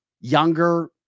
younger